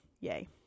Yay